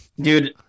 Dude